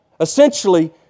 essentially